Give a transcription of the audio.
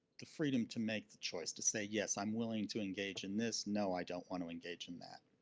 the freedom to make the choice, to say yes, i'm willing to engage in this, no, i don't want to engage in that.